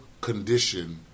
condition